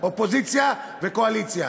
אופוזיציה וקואליציה.